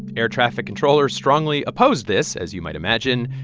air traffic controllers strongly opposed this, as you might imagine.